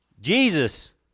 Jesus